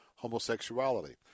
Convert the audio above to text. homosexuality